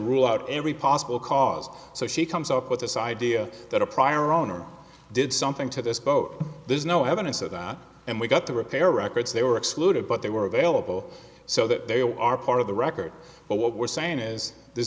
rule out every possible cause so she comes up with this idea that a prior owner did something to this boat there's no evidence of that and we got the repair records they were excluded but they were available so that they are part of the record but what we're saying is there's